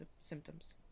symptoms